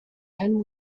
and